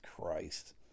Christ